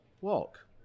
walk